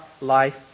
life